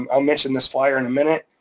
um i'll mention this flyer in a minute,